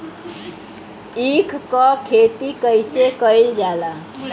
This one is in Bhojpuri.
ईख क खेती कइसे कइल जाला?